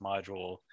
module